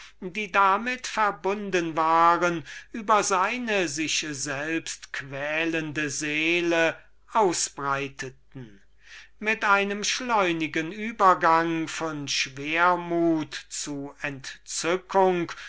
er mit sich brachte über seine sich selbst quälende seele ausbreiteten mit einem schleunigen übergang von schwermut zu entzückung